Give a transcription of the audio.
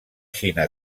xina